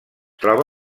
troba